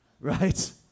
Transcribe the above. right